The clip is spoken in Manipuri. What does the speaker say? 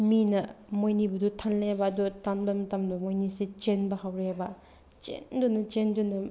ꯃꯤꯅ ꯃꯣꯏꯅꯤꯕꯨꯗꯨ ꯊꯜꯂꯦꯕ ꯑꯗꯨ ꯇꯥꯟꯕ ꯃꯇꯝꯗꯨ ꯃꯣꯏꯅꯤꯁꯦ ꯆꯦꯟꯕ ꯍꯧꯔꯦꯕ ꯆꯦꯟꯗꯨꯅ ꯆꯦꯟꯗꯨꯅ